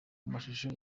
amashusho